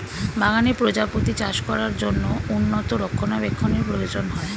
বাগানে প্রজাপতি চাষ করার জন্য উন্নত রক্ষণাবেক্ষণের প্রয়োজন হয়